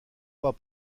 pas